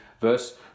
verse